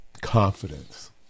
Confidence